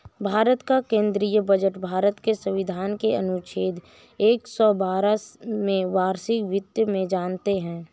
भारत का केंद्रीय बजट भारत के संविधान के अनुच्छेद एक सौ बारह में वार्षिक वित्त में जानते है